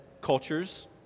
cultures